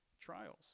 trials